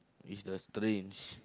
is the strange